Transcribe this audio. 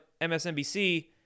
MSNBC